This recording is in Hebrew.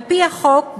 על-פי החוק,